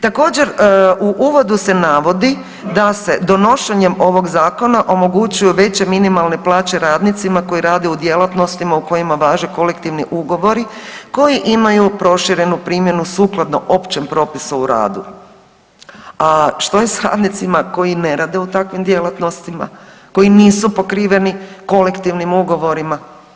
Također, u uvodu se navodi da se donošenjem ovog Zakona omogućuju veće minimalne plaće radnicima koji rade u djelatnostima u kojima vaše kolektivni ugovori koji imaju proširenu primjenu sukladno općem propisu o radu, a što je s radnicima koji ne rade u takvim djelatnostima, koji nisu pokriveni kolektivnim ugovorima?